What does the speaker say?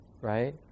right